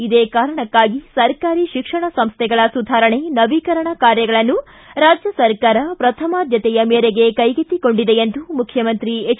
ಇದೇ ಕಾರಣಕ್ಕಾಗಿಯೇ ಸರ್ಕಾರಿ ಶಿಕ್ಷಣ ಸಂಸ್ಟೆಗಳ ಸುಧಾರಣೆ ನವೀಕರಣ ಕಾರ್ಯಗಳನ್ನು ರಾಜ್ಯ ಸರ್ಕಾರ ಪ್ರಥಮಾದ್ಯತೆಯ ಮೇರೆಗೆ ಕೈಗೆತ್ತಿಕೊಂಡಿದೆ ಎಂದು ಮುಖ್ಯಮಂತ್ರಿ ಎಚ್